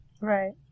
Right